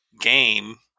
game